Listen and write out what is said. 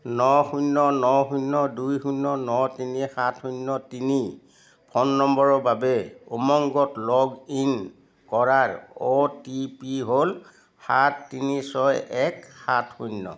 ন শূন্য় ন শূন্য় দুই শূন্য় ন তিনি সাত শূন্য় তিনি ফ'ন নম্বৰৰ বাবে উমংগত লগ ইন কৰাৰ অ' টি পি হ'ল সাত তিনি ছয় এক সাত শূন্য়